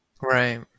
Right